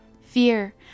Fear